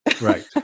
Right